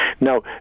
Now